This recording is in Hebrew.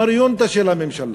מריונטה של הממשלה.